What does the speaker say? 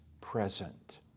present